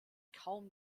kaum